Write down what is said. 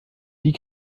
die